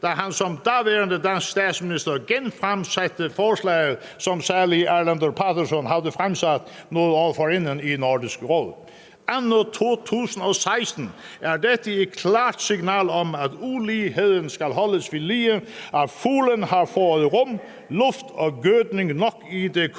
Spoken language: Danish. da han som daværende dansk statsminister genfremsatte forslaget, som salig Erlendur Patursson havde fremsat nogle år forinden, i Nordisk Råd. Anno 2016 er dette et klart signal om, at uligheden skal holdes ved lige, at fuglen har fået rum, luft og gødning nok i det koloniale